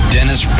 Dennis